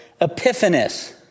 Epiphanes